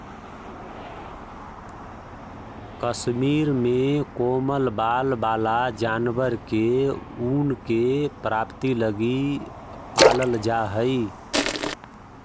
कश्मीर में कोमल बाल वाला जानवर के ऊन के प्राप्ति लगी पालल जा हइ